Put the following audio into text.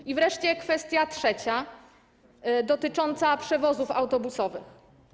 I wreszcie kwestia trzecia dotycząca przewozów autobusowych.